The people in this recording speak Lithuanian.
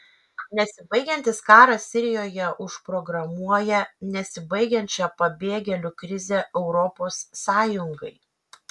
nesibaigiantis karas sirijoje užprogramuoja nesibaigiančią pabėgėlių krizę europos sąjungai